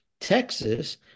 Texas